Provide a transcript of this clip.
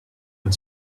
and